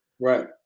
Right